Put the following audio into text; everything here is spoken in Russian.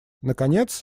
наконец